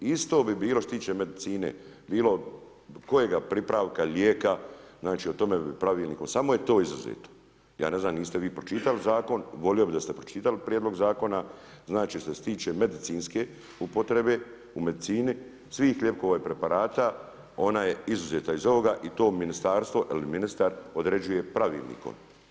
Isto bi bilo što se tiče medicine, bilo kojega pripravka lijeka, znači o tome pravilniku, samo je to izuzeto, ja ne znam, jeste li vi pročitali zakon, volio bi da ste pročitali prijedlog zakona, što se tiče medicinske upotrebe, u medicini, svih lijekova i preparata, ona je izuzeta iz ovoga i to Ministarstvo ili ministar određuje pravilnikom.